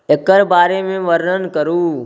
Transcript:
एकर बारेमे वर्णन करू